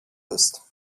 ist